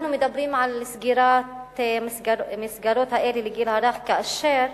אנחנו מדברים על סגירת המסגרות האלה לגיל הרך כאשר